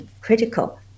critical